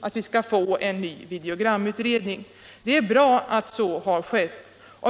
aviserat en ny videogramutredning. Det är bra att så har skett.